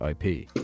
IP